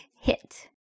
hit